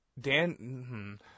Dan –